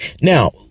Now